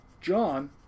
John